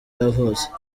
yavutse